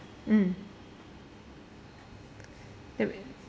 mm that way